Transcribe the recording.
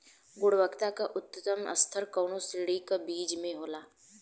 गुणवत्ता क उच्चतम स्तर कउना श्रेणी क बीज मे होला?